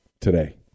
today